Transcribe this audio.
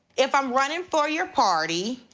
if i'm running for your party,